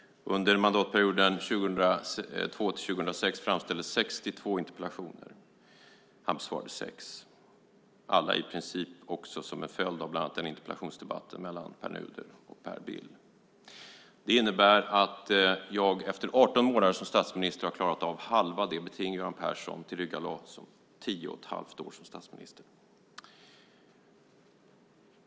Under mandatperioden 2002-2006 framställdes 62 interpellationer, och han besvarade 6 - alla i princip som en följd av bland annat interpellationsdebatten mellan Pär Nuder och Per Bill. Det innebär att jag efter 18 månader som statsminister har klarat av halva det beting Göran Persson tillryggalade under tio och ett halvt år som statsminister.